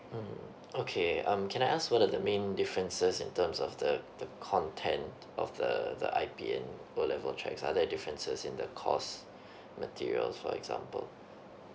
mm okay um can I ask for the the main differences in terms of the the content of the the I_P and O level track are they differences in the course materials for example